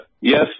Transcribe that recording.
yes